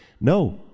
No